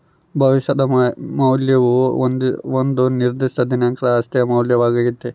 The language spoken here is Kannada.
ಭವಿಷ್ಯದ ಮೌಲ್ಯವು ಒಂದು ನಿರ್ದಿಷ್ಟ ದಿನಾಂಕದ ಆಸ್ತಿಯ ಮೌಲ್ಯವಾಗ್ಯತೆ